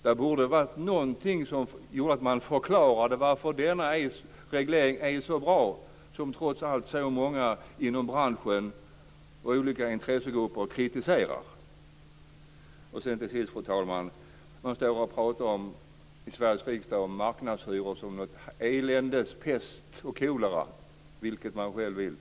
Det borde ha funnits någonting som förklarade varför denna reglering är så bra, när det trots allt är så många inom branschen och i olika intressegrupper som kritiserar den. Till sist, fru talman, talar man i Sveriges riksdag om marknadshyror som något eländes pest och kolera - vilket man själv vill.